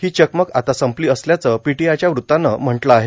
हों चकमक आता संपलो असल्याचं पीटोआयच्या वृत्तात म्हटलं आहे